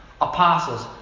apostles